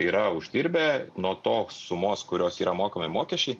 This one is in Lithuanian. yra uždirbę nuo tos sumos kurios yra mokami mokesčiai